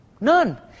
None